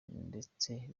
ndetse